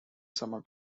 summer